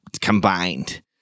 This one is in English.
combined